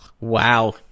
Wow